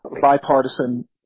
bipartisan